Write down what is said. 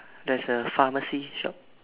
there's a pharmacy shop